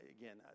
again